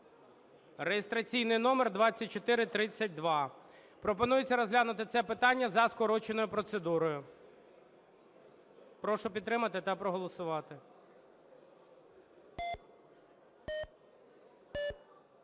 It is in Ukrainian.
(реєстраційний номер 2432). Пропонується розглянути це питання за скороченою процедурою. Прошу підтримати та проголосувати.